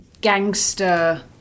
gangster